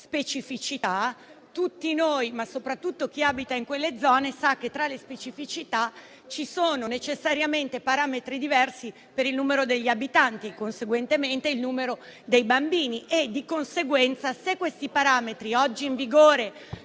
zone montane. Tutti noi - ma soprattutto chi abita in quelle zone - sappiamo che, tra le specificità, ci sono necessariamente parametri diversi per il numero degli abitanti e, conseguentemente, il numero dei bambini. Se questi parametri, oggi in vigore